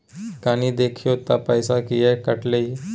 कनी देखियौ त पैसा किये कटले इ?